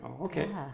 Okay